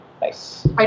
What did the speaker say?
Nice